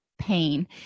pain